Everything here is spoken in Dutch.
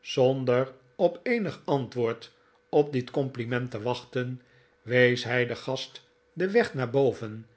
zonder op eenig antwoord op dit compliment te wachten wees hij den gast den weg naar boven